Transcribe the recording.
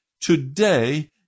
Today